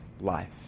life